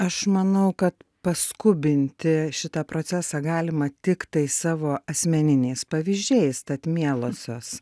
aš manau kad paskubinti šitą procesą galima tiktai savo asmeniniais pavyzdžiais tad mielosios